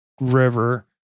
river